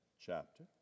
chapter